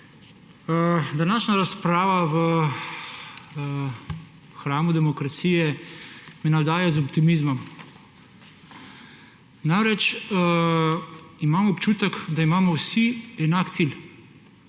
Današnja razprava v hramu demokracije me navdaja z optimizmom. Imam namreč občutek, da imamo vsi enak cilj.